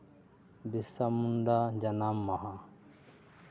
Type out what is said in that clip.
ᱵᱤᱨᱥᱟ ᱢᱩᱱᱰᱟ ᱡᱟᱱᱟᱢ ᱢᱟᱦᱟ